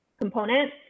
Component